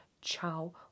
ciao